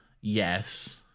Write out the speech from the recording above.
Yes